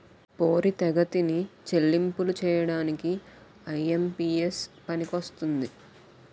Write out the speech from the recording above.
పోరితెగతిన చెల్లింపులు చేయడానికి ఐ.ఎం.పి.ఎస్ పనికొస్తుంది